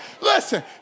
Listen